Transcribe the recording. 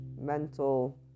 mental